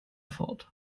fort